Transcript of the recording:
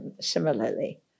similarly